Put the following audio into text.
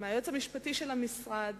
מהיועץ המשפטי של המשרד